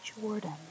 Jordan